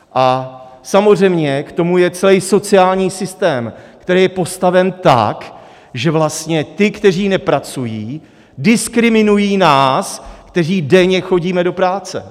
A samozřejmě k tomu je celý sociální systém, který je postaven tak, že ti, kteří nepracují, diskriminují nás, kteří denně chodíme do práce!